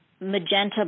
magenta